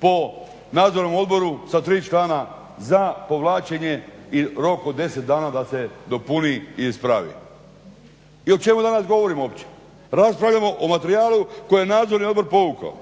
po Nadzornom odboru sa 3 člana za povlačenje i rok od 10 dana da se dopuni i ispravi. I o čemu danas govorimo uopće? Raspravljamo o materijalu koji je Nadzorni odbor povukao.